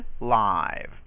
live